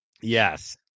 Yes